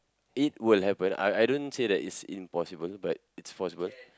it will happen I I don't say that it's impossible but it's possible